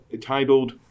titled